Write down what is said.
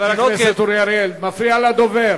חבר הכנסת אורי אריאל, אתה מפריע לדובר.